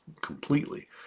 completely